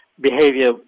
behavior